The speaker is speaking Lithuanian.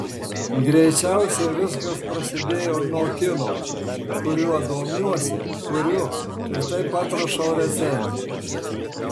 greičiausiai viskas prasidėjo nuo kino kuriuo domiuosi kuriu ir taip pat rašau recenzijas